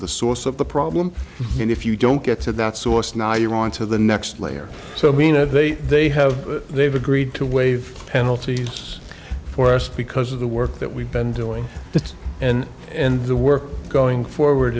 the source of the problem and if you don't get to that source now you're to the next layer so mean it they they have they've agreed to waive penalties for us because of the work that we've been doing that and and the work going forward